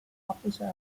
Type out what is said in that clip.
publisher